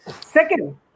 Second